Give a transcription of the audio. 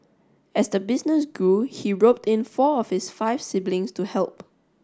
as the business grew he roped in four of his five siblings to help